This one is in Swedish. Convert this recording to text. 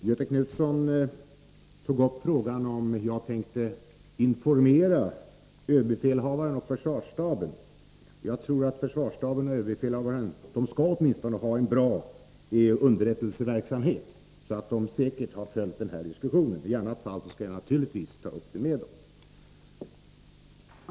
Herr talman! Göthe Knutson tog upp frågan om jag tänkte informera ÖB och försvarsstaben. Försvarsstaben och överbefälhavaren skall åtminstone ha en bra underrättelseverksamhet, och de har säkerligen följt denna diskussion. I annat fall skall jag naturligtvis ta upp saken med dem.